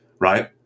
right